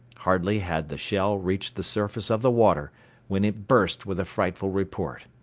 hardly had the shell reached the surface of the water when it burst with a frightful report.